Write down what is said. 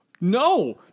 no